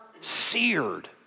seared